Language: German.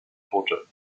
tote